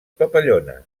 papallones